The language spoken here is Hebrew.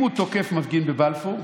אם הוא תוקף מפגין בבלפור,